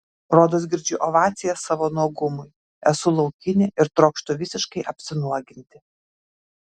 rodos girdžiu ovacijas savo nuogumui esu laukinė ir trokštu visiškai apsinuoginti